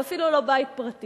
ואפילו לא בית פרטי.